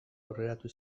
aurreratu